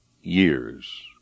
years